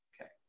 okay